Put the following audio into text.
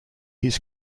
his